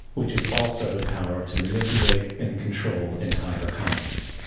which is also the power to manipulate and control entire economies.